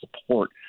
support